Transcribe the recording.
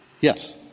Yes